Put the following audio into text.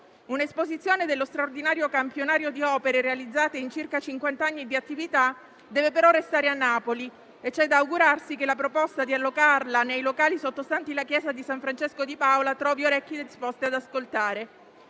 Un'esposizione dello straordinario campionario di opere realizzate in circa cinquanta anni di attività deve però restare a Napoli e c'è da augurarsi che la proposta di allocarla nei locali sottostanti la chiesa di San Francesco di Paola trovi orecchie disposte ad ascoltare.